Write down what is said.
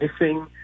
missing